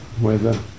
weather